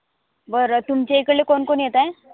बरं तुमच्या इकडले कोण कोण येत आहे